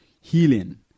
healing